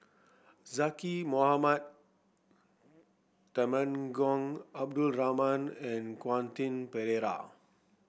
Zaqy Mohamad Temenggong Abdul Rahman and Quentin Pereira